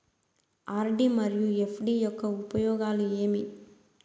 RD మరియు FD యొక్క ఉపయోగాలు ఏమి?